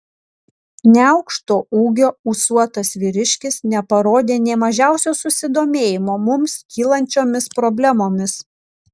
neaukšto ūgio ūsuotas vyriškis neparodė nė mažiausio susidomėjimo mums kylančiomis problemomis